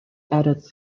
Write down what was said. edits